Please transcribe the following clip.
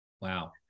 Wow